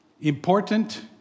Important